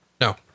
No